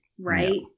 right